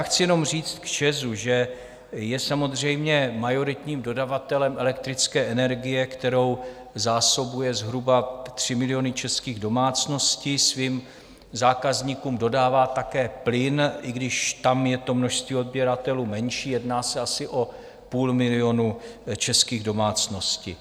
Chci jenom říct k ČEZu, že je samozřejmě majoritním dodavatelem elektrické energie, kterou zásobuje zhruba 3 miliony českých domácností, svým zákazníkům dodává také plyn, i když tam je to množství odběratelů menší, jedná se asi o půl milionu českých domácností.